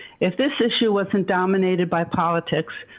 if this issue wasn't dominated by politics,